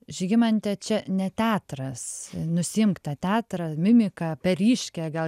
žygimante čia ne teatras nusiimk tą teatrą mimiką per ryškią gal